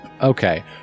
Okay